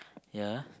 ya